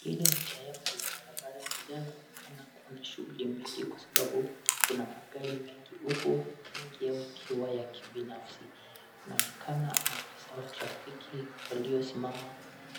Hili ni sehemu la barabra linaloonekana kuwa na shughuli mingi kwa sababu kuna magari mengi huku mengi yao ikiwa ya kibinafsi. Wanaonekana maafisa wa trafiki waliosimama